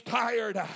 tired